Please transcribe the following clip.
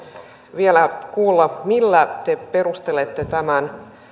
vielä kuulla millä te perustelette tämän